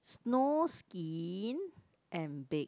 snowskin and and baked